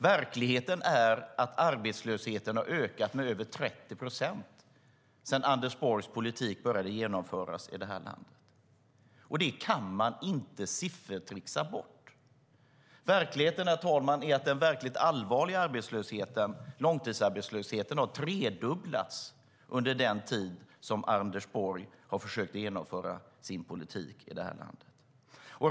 Verkligheten är att arbetslösheten har ökat med över 30 procent sedan Anders Borgs politik började genomföras i det här landet, och det kan man inte siffertricksa bort. Herr talman! Verkligheten är att den verkligt allvarliga arbetslösheten, långtidsarbetslösheten, har tredubblats under den tid som Anders Borg har genomfört sin politik i det här landet.